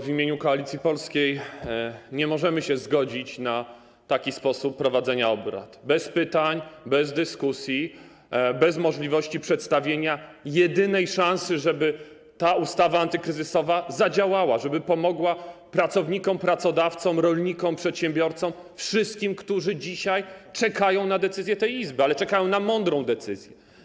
W imieniu Koalicji Polskiej chciałbym powiedzieć, że nie możemy zgodzić się na taki sposób prowadzenia obrad: bez pytań, bez dyskusji, bez możliwości przedstawienia jedynej szansy na to, żeby ustawa antykryzysowa zadziałała, żeby pomogła pracownikom, pracodawcom, rolnikom, przedsiębiorcom, wszystkim, którzy dzisiaj czekają na decyzję Izby, czekają na mądrą decyzję.